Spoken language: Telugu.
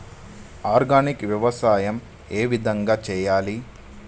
ఆర్గానిక్ వ్యవసాయం ఏ విధంగా చేయాలి?